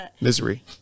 Misery